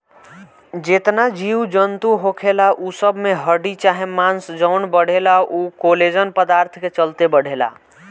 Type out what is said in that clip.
जेतना जीव जनतू होखेला उ सब में हड्डी चाहे मांस जवन बढ़ेला उ कोलेजन पदार्थ के चलते बढ़ेला